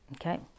Okay